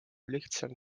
lihtsam